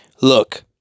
Look